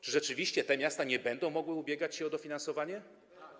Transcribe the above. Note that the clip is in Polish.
Czy rzeczywiście te miasta nie będą mogły ubiegać się o dofinansowanie?